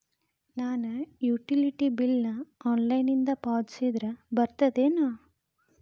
ನಾನು utility bill ನ ಆನ್ಲೈನಿಂದ ಪಾವತಿಸಿದ್ರ ಬರ್ತದೇನು?